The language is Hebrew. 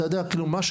אתה יודע כאילו מה,